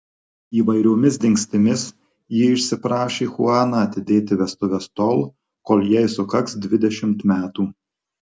įvairiomis dingstimis ji išsiprašė chuaną atidėti vestuves tol kol jai sukaks dvidešimt metų